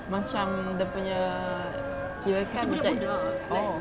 macam dia punya kirakan macam oh